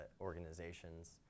organizations